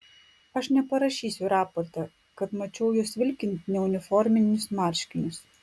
aš neparašysiu raporte kad mačiau jus vilkint neuniforminius marškinius